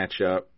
matchup